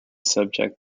subject